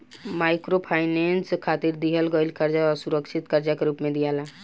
microfinance खातिर दिहल गईल कर्जा असुरक्षित कर्जा के रूप में दियाला